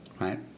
right